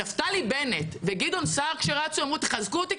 נפתלי בנט וגדעון כשרצו אמרו: תחזקו אותי,